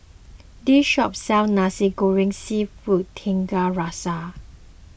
this shop sells Nasi Goreng Seafood Tiga Rasa